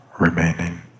remaining